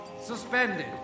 suspended